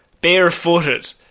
Barefooted